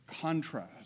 contrast